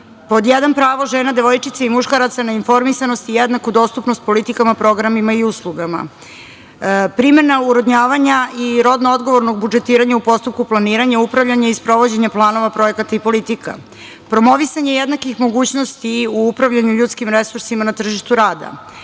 pod jedan, pravo žena, devojčica i muškaraca na informisanost i jednaku dostupnost politikama, programima i uslugama, primena urodnjavanja i rodno odgovornog budžetiranja u postupku planiranja, upravljanja i sprovođenja planova, projekata i politika, promovisanje jednakih mogućnosti u upravljanju ljudskim resursima na tržištu rada,